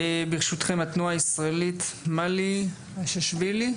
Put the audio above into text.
ברשותכם, התנועה הישראלית מלי טופצ'יאשוילי,